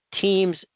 teams